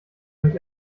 mich